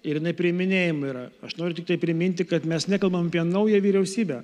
ir jinai priiminėjama yra aš noriu tiktai priminti kad mes nekalbam apie naują vyriausybę